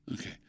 okay